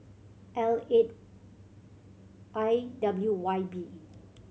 L eight I W Y B